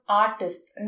artists